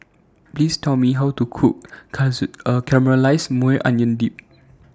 Please Tell Me How to Cook Caramelized Maui Onion Dip